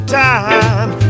time